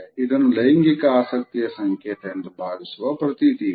ಇದನ್ನು ಲೈಂಗಿಕ ಆಸಕ್ತಿಯ ಸಂಕೇತ ಎಂದು ಭಾವಿಸುವ ಪ್ರತೀತಿಯಿದೆ